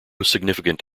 significant